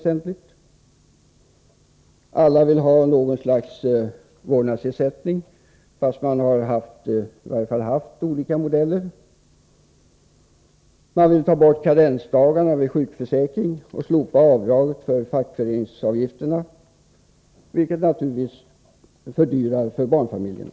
Alla borgerliga partier vill ha något slags vårdnadsersättning, fast de har — eller åtminstonde har haft — olika modeller för detta. De vill ta bort karensdagarna i sjukförsäkringen och slopa avdraget för fackföreningsavgifterna, vilket naturligtvis fördyrar för barnfamiljerna.